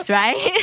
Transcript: right